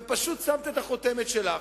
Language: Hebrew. ופשוט שמת את החותמת שלך.